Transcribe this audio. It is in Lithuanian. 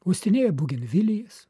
uostinėja bugenvilijas